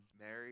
Mary